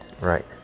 right